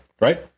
right